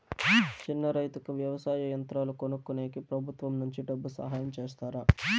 చిన్న రైతుకు వ్యవసాయ యంత్రాలు కొనుక్కునేకి ప్రభుత్వం నుంచి డబ్బు సహాయం చేస్తారా?